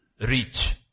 reach